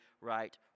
right